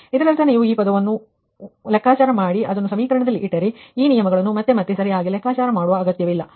ಇದರರ್ಥ ನೀವು ಈ ಪದವನ್ನು ಒಂದನ್ನು ಲೆಕ್ಕಾಚಾರ ಮಾಡಿ ಅದನ್ನು ಆ ಸಮೀಕರಣದಲ್ಲಿ ಇಟ್ಟರೆ ಈ ನಿಯಮಗಳನ್ನು ಮತ್ತೆ ಮತ್ತೆ ಸರಿಯಾಗಿ ಲೆಕ್ಕಾಚಾರ ಮಾಡುವ ಅಗತ್ಯವಿಲ್ಲ